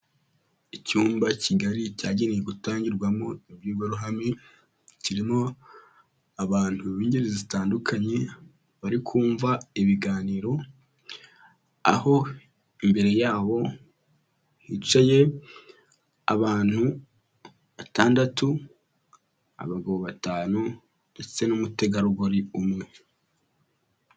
Icyumba kigari cyagenewe gutangirwamo imbwirwaruhame, kirimo abantu b'ingeri zitandukanye bari kumva ibiganiro, aho imbere y'aho hicaye abantu batandatu abagabo batanu ndetse n'umutegarugori umwe.